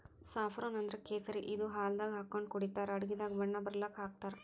saffron ಅಂದ್ರ ಕೇಸರಿ ಇದು ಹಾಲ್ದಾಗ್ ಹಾಕೊಂಡ್ ಕುಡಿತರ್ ಅಡಗಿದಾಗ್ ಬಣ್ಣ ಬರಲಕ್ಕ್ ಹಾಕ್ತಾರ್